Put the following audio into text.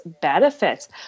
benefits